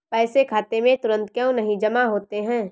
पैसे खाते में तुरंत क्यो नहीं जमा होते हैं?